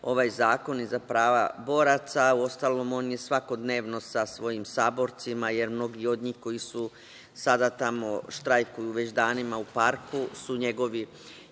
ovaj zakon i za prava boraca. Uostalom, on je svakodnevno sa svojim saborcima, jer mnogi od njih koji sada tamo štrajkuju već danima u parku su njegovi